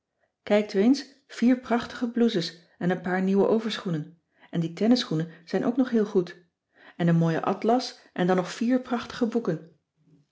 u eens vier prachtige blouses en een paar nieuwe overschoenen en die tennisschoenen zijn ook nog heel goed en een mooie atlas en dan nog vier prachtige boeken